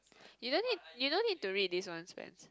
you don't need you don't need to read this one Spence